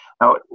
Now